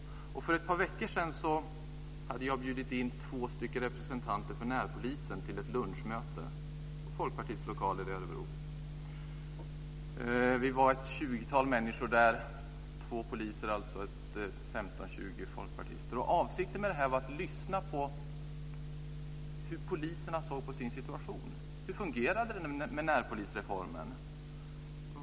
För ett par veckor sedan hade jag bjudit in två representanter för närpolisen till ett lunchmöte i Folkpartiets lokaler i Örebro. Vi var ett tjugotal människor där - två poliser och 15-20 folkpartister. Avsikten var att lyssna på hur poliserna såg på sin situation. Hur fungerade närpolisreformen?